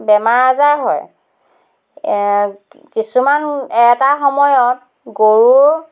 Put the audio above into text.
বেমাৰ আজাৰ হয় কিছুমান এটা সময়ত গৰুৰ